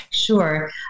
Sure